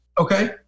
Okay